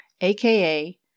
aka